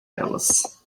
elas